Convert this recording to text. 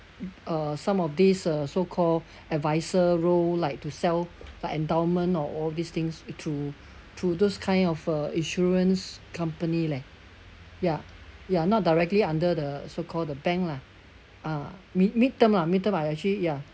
uh some of this uh so-called advisor role like to sell like endowment or all these things through through those kind of uh insurance company leh ya ya not directly under the so-called the bank lah uh mid~ mid-term lah I actually ya